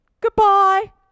Goodbye